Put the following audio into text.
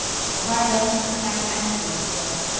it's a hard lesson for cats and humans to learn.